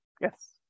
Yes